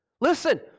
Listen